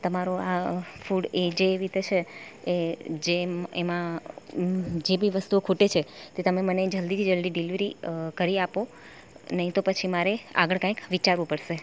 તમારો આ ફૂડ એ જેવી રીતે છે એ જેમ એમાં જે બી વસ્તુઓ ખૂટે છે તે તમે મને જલ્દીથી જલ્દી દિલ્વરી કરી આપો નહીં તો પછી મારે આગળ કંઇક વિચારવું પડશે